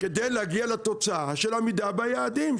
כדי להגיע לתוצאה של עמידה ביעדים,